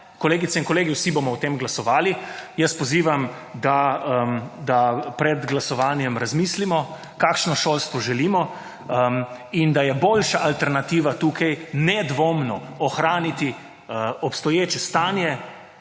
kolegice in kolegi, vsi bomo o tem glasovali. Jaz pozivam, da pred glasovanjem razmislimo, kakšno šolstvo želimo, in da je boljša alternativa nedvomno ohraniti obstoječe stanje,